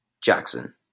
Jackson